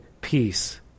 peace